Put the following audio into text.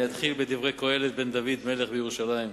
אני אתחיל ב"דברי קהלת בן דוד מלך בירושלים,